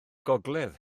gogledd